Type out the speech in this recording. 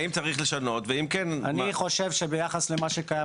האם צריך לשנות ואם כן --- אני חושב שביחס למה שקיים